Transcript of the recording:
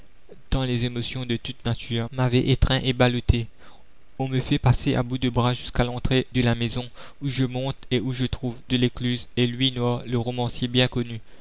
tant les émotions de toute nature m'avaient étreint et ballotté on me fait passer à bout de bras jusqu'à l'entrée de la maison où je monte et où je trouve delescluze et louis noir le romancier bien connu